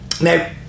now